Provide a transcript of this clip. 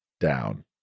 down